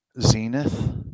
Zenith